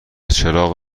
چراغ